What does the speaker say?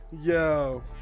yo